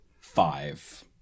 five